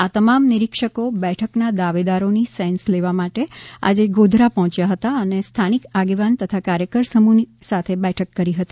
આ તમામ નિરીક્ષકો બેઠક ના દાવેદારો ની સેન્સ લેવા માટે આજે ગોધરા પહોંચ્યા હતા અને સ્થાનિક આગેવાન તથા કાર્યકર સમૂહ સાથે બેઠક કરી હતી